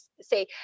say